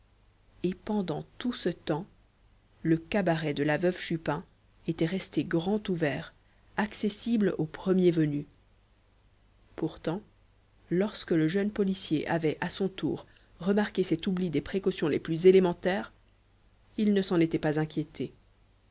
et pendant tout ce temps le cabaret de la veuve chupin était resté grand ouvert accessible au premier venu pourtant lorsque le jeune policier avait à son retour remarqué cet oubli des précautions les plus élémentaires il ne s'en était pas inquiété